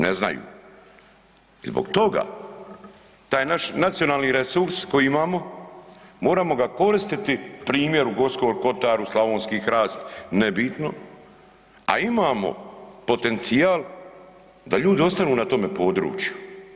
Ne znaju i zbog toga taj naš nacionalni resurs koji imamo moramo ga koristiti primjer u Gorskom Kotaru slavonski hrast nebitno, a imamo potencijal da ljudi ostanu na tome području.